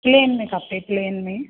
plain में खपे plane में